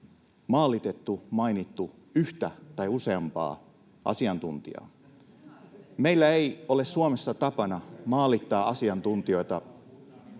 maalitettu, mainittu yhtä tai useampaa asiantuntijaa. [Leena Meri: Maalitettuko?] Meillä ei ole Suomessa tapana maalittaa asiantuntijoita.